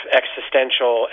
existential